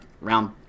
round